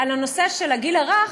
בנושא של הגיל הרך,